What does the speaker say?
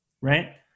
right